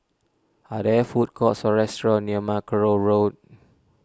are there food courts or restaurants near Mackerrow Road